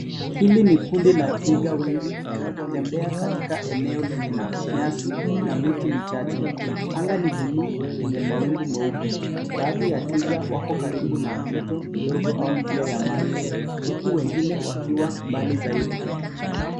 Hili ni kundi la twiga wengi wakitembea katika eneo lenye nyasi na miti michache. Anga ni buluu yenye mawingu meupe. Baadhi ya twiga wako karibu na mto mdogo au njia ya maji, huku wengine wakiwa mbali zaidi.